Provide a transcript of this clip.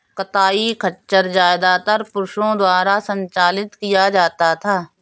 कताई खच्चर ज्यादातर पुरुषों द्वारा संचालित किया जाता था